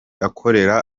akora